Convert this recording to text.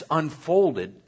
unfolded